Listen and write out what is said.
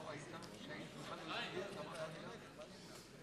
לא נתקבלה.